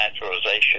Naturalization